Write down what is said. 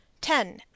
Ten